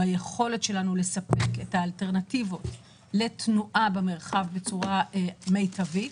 ביכולת שלנו לספק את האלטרנטיבות לתנועה במרחב בצורה מיטבית.